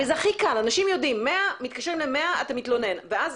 הרי זה הכי קל כי אנשים יודעים להתקשר למוקד 100. הם